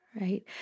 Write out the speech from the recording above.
right